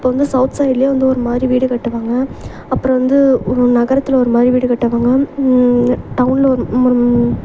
இப்போ வந்து சௌத் சைட்டிலே வந்து ஒரு மாதிரி வீடு கட்டுவாங்க அப்புறம் வந்து ஒரு நகரத்தில் ஒரு மாதிரி வீடு கட்டுவாங்க டௌனில் ஒரு